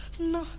no